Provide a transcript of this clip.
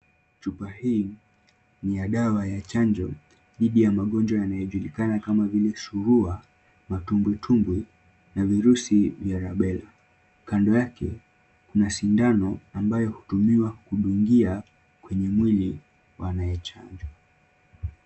Chupa hii ni ya dawa ya chanjo dhidi ya magonjwa inayojulikana kama vile surua, matumbwitumbwi na virusi vya rabela, kando yake kuna sindano ambayo hutumiwa kudungia kwenye mwili wa anayechanjwa.